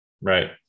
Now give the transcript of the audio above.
Right